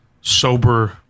sober